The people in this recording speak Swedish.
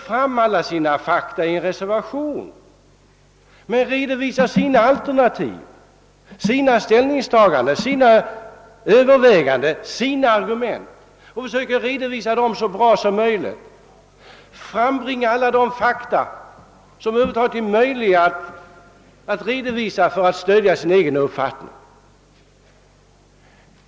Jo, man redovisar i en reservation sina alternativ, ställningstaganden, överväganden och argument så noggrant som möjligt. Man lägger fram alla fakta som är möjliga att anföra och som talar för den egna uppfattningen.